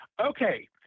Okay